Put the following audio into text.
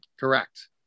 Correct